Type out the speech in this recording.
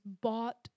bought